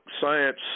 science